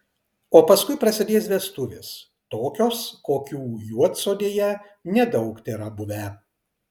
o paskui prasidės vestuvės tokios kokių juodsodėje nedaug tėra buvę